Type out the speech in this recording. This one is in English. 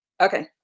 Okay